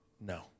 No